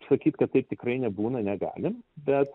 sakyt kad taip tikrai nebūna negalim bet